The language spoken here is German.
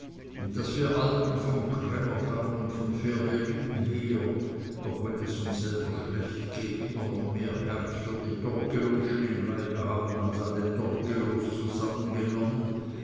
daß wir alten vom cremmer damm und von fehrbellin her auch wenn es uns selber schlecht geht immer noch mehr herz für die torgelowschen im leibe haben als alle torgelows zusammengenommen